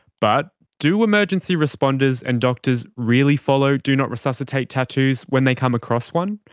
but do emergency responders and doctors really follow do not resuscitate tattoos when they come across one?